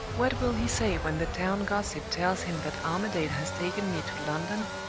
what will he say when the town gossip tells him that armadale has taken me to london,